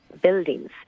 buildings